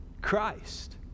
Christ